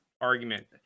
argument